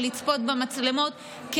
ואחר כך המשטרה באה ולוקחת את המצלמות,